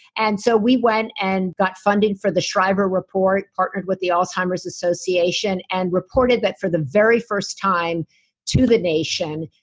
and so we went and got funding for the shriver report, partnered with the alzheimer's association, and reported that for the very first time to the nation,